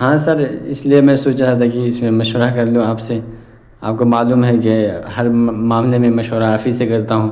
ہاں سر اس لیے میں سوچ رہا تھا کہ اس میں مشورہ کر لوں آپ سے آپ کو معلوم ہے کہ ہر معاملے میں مشورہ آپ ہی سے کرتا ہوں